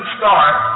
start